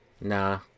Nah